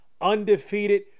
undefeated